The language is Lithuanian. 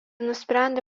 nusprendė